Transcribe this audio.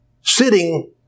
sitting